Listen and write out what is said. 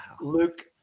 luke